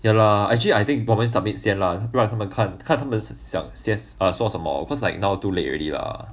ya lah actually I think 我们 submit 先啦不然他们看他们想先说什么 cause like now too late already lah